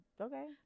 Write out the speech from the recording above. Okay